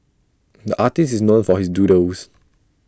the artist is known for his doodles